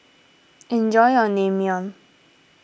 enjoy your Naengmyeon